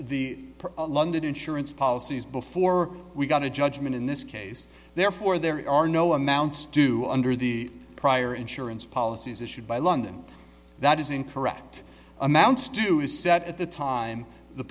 the london insurance policies before we got a judgment in this case therefore there are no amount due under the prior insurance policies issued by london that is incorrect amounts do is set at the time the